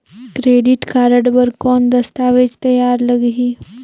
Credit card बर कौन दस्तावेज तैयार लगही?